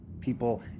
People